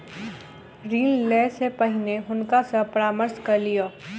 ऋण लै से पहिने हुनका सॅ परामर्श कय लिअ